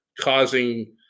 causing